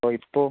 ഓ ഇപ്പോൾ